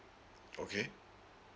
okay